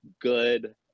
good